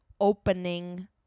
opening